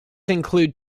include